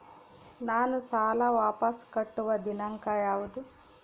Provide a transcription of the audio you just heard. ನಾನು ಸಾಲ ವಾಪಸ್ ಕಟ್ಟುವ ದಿನಾಂಕ ಯಾವುದು?